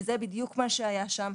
וזה בדיוק מה שהיה שם.